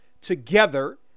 together